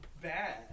bad